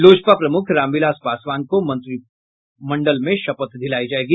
लोजपा प्रमुख रामविलास पासवान को मंत्रिमंडल में शपथ दिलायी जायेगी